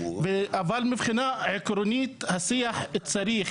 אבל מבחינה עקרונית השיח צריך,